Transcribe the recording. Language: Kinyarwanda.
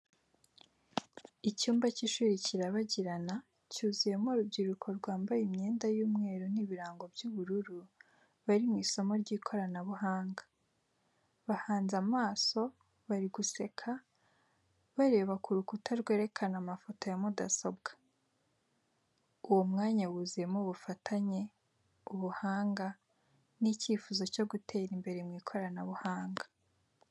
Icyumba cy’ishuri kirabagirana, cyuzuyemo urubyiruko rwambaye imyenda y’umweru n’ibirango by’ubururu, bari mu isomo ry’ikoranabuhanga. Bahanze amaso, bari guseka, bareba ku rukuta rwerekana amafoto ya mudasobwa. Uwo mwanya wuzuyemo ubufatanye, ubuhanga, n’icyifuzo cyo gutera imbere mu ikoranabuhanga.